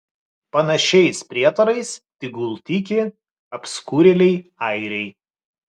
panašiais prietarais tegul tiki apskurėliai airiai